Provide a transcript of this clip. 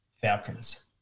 Falcons